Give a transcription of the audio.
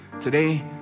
today